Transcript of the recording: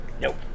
nope